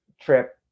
trip